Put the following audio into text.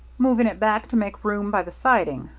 moving it back to make room by the siding.